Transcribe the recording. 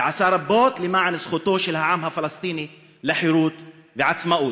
ועשה רבות למען זכותו של העם הפלסטיני לחירות ועצמאות.